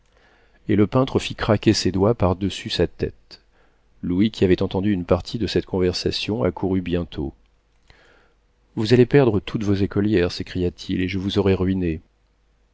et le peintre fit craquer ses doigts par-dessus sa tête louis qui avait entendu une partie de cette conversation accourut aussitôt vous allez perdre toutes vos écolières s'écria-t-il et je vous aurai ruiné